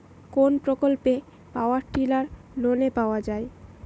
কোন প্রকল্পে power tiller লোনে পাওয়া য়ায়?